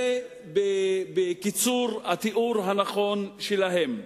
זה בקיצור התיאור הנכון שלהם.